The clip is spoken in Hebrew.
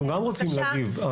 אנחנו גם רוצים להגיב.